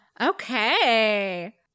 Okay